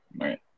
Right